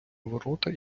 ворота